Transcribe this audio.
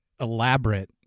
elaborate